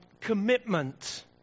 commitment